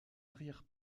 arrière